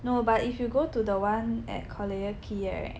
no but if you go to the one at Collyer Quay right